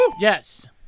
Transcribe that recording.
Yes